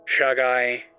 Shagai